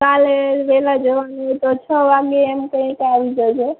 કાલે વહેલાં જવાનું હોય તો છ વાગે એમ કંઇક આવી જજો